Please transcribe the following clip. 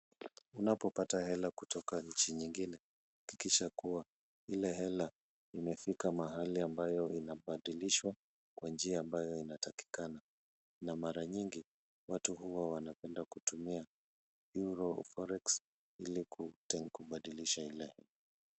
Unapopata hela kutoka nchi nyingine, hakikisha kuwa ile hela imefika mahali ambayo inabadilishwa kwa njia ambayo inatakikana. Na mara nyingi watu huwa wanapenda kutumia euro forex ili kutengubadilisha ile hela.